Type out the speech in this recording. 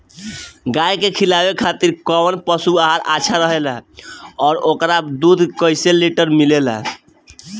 गाय के खिलावे खातिर काउन पशु आहार अच्छा रहेला और ओकर दुध कइसे लीटर मिलेला?